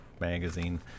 magazine